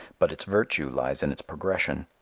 but its virtue lies in its progression.